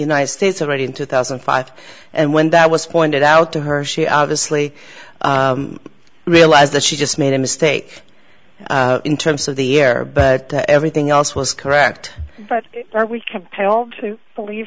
united states already in two thousand and five and when that was pointed out to her she obviously realized that she just made a mistake in terms of the error but everything else was correct but are we compelled to